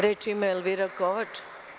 Reč ima Elvira Kovač.